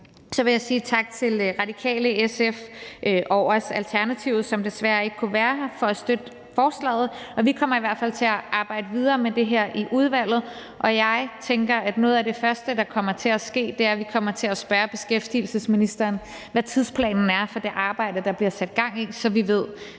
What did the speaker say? Så vil jeg sige tak til Radikale, SF og også Alternativet, som desværre ikke kunne være her, for at støtte forslaget. Vi kommer i hvert fald til at arbejde videre med det her i udvalget, og jeg tænker, at noget af det første, der kommer til at ske, er, at vi kommer til at spørge beskæftigelsesministeren, hvad tidsplanen er for det arbejde, der bliver sat gang i, så vi ved,